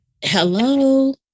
Hello